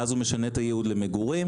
ואז הוא משנה את הייעוד למגורים,